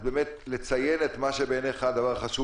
אז, באמת לציין את מה שבעיניך הוא הדבר החשוב,